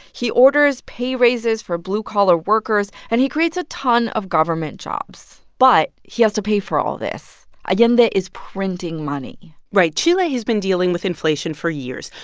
he orders pay raises for blue-collar workers. and he creates a ton of government jobs. but he has to pay for all this. allende is printing money right. chile has been dealing with inflation for years.